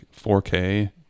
4K